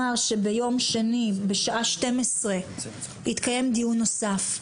שביום שני בשעה 12:00 יתקיים דיון נוסף.